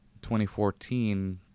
2014